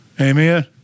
Amen